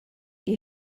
your